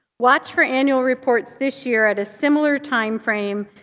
watch for annual reports this year at a similar timeframe,